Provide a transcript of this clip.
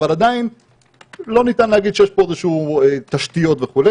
אבל עדיין לא ניתן להגיד שיש פה איזשהן תשתיות וכו'.